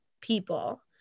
people